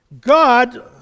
God